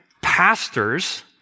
Pastors